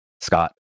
Scott